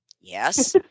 Yes